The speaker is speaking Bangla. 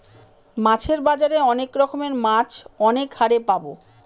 মাছের বাজারে অনেক রকমের মাছ অনেক হারে পাবো